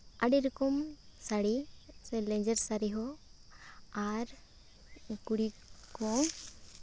ᱟᱹᱰᱤ ᱨᱚᱠᱚᱢ ᱥᱟᱹᱲᱤ ᱥᱮ ᱞᱮᱸᱡᱮᱨ ᱥᱟᱹᱲᱤ ᱦᱚᱸ ᱟᱨ ᱠᱩᱲᱤ ᱠᱚ